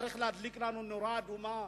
צריך להדליק לנו נורה אדומה.